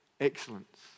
excellence